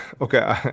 okay